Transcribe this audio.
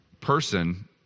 person